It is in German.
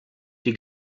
die